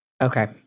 Okay